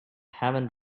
haven’t